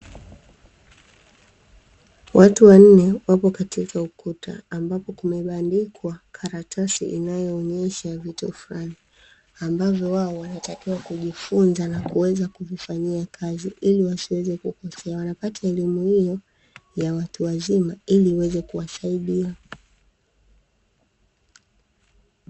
Watu wanne wapo katika ukuta ambapo kumebandikwa karatasi inayoonyesha vitu fulani, ambavyo wao wanatakiwa kujifunza na kuweza kuvifanyia kazi ili wasiweze kukosea wanapata elimu hiyo ya watu wazima ili iweze kuwasaidia.